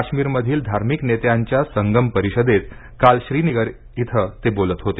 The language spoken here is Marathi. काश्मीरमधील धार्मिक नेत्यांच्या संगम परिषदेत काल श्रीनगर इथं ते बोलत होते